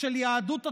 של יהדות התורה,